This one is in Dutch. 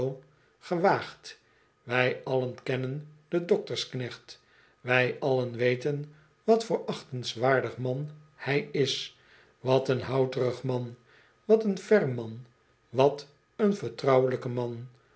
wij allen kennen den doktersknecht wij allen weten wat voor achtingswaardig man hij is wat een houterig man wat een ferm man wat een vertrouwelijk man